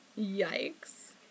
yikes